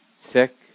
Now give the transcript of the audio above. sick